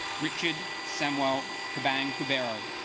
richard samwell kabang kerberos